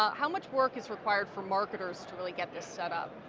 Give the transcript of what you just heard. how much work is required for marketers to really get this set up?